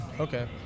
Okay